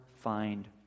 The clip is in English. find